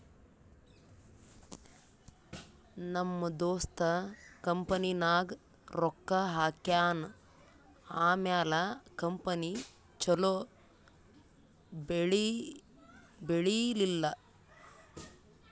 ನಮ್ ದೋಸ್ತ ಕಂಪನಿನಾಗ್ ರೊಕ್ಕಾ ಹಾಕ್ಯಾನ್ ಆಮ್ಯಾಲ ಕಂಪನಿ ಛಲೋ ಬೆಳೀಲಿಲ್ಲ